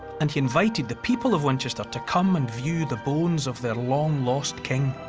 and he invited the people of winchester to come and view the bones of their long-lost king.